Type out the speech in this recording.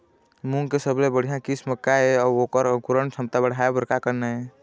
मूंग के सबले बढ़िया किस्म का ये अऊ ओकर अंकुरण क्षमता बढ़ाये बर का करना ये?